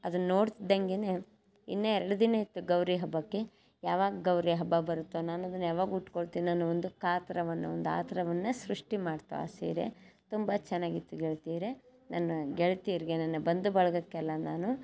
ಅದನ್ನು ನೋಡ್ತಿದಂಗೆ ಇನ್ನು ಎರಡು ದಿನ ಇತ್ತು ಗೌರಿ ಹಬ್ಬಕ್ಕೆ ಯಾವಾಗ ಗೌರಿ ಹಬ್ಬ ಬರುತ್ತೋ ನಾನು ಅದನ್ನು ಯಾವಾಗ ಉಟ್ಕೊಳ್ತೀನೋ ಅನ್ನೋ ಒಂದು ಕಾತುರವನ್ನು ಒಂದು ಆತುರವನ್ನು ಸೃಷ್ಟಿ ಮಾಡಿತು ಆ ಸೀರೆ ತುಂಬ ಚೆನ್ನಾಗಿತ್ತು ಗೆಳತಿಯರೇ ನನ್ನ ಗೆಳತಿಯರ್ಗೆ ನನ್ನ ಬಂಧು ಬಳಗಕ್ಕೆಲ್ಲ ನಾನು